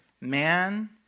man